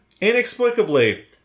inexplicably